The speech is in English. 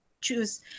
choose